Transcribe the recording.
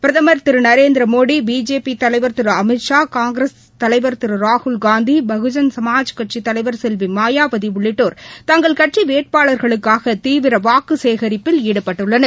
பிரதமர் திரு நரேந்திரமோடி பிஜேபி தலைவர் திரு அமித் ஷா காங்கிரஸ் தலைவர் திரு ராகுல்காந்தி பகுஜன் சமாஜ் கட்சித் தலைவர் செல்வி மாயாவதி உள்ளிட்டோர் தங்கள் கட்சி வேட்பாளர்களுக்காக தீவிர வாக்கு சேகரிப்பில் ஈடுபட்டுள்ளனர்